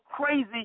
crazy